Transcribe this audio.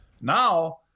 Now